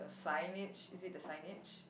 signage is it the signage